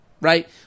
right